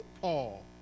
Paul